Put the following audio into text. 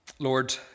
Lord